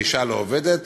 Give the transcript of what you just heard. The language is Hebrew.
האישה לא עובדת